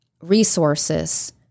resources